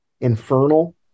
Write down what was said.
Infernal